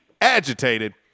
agitated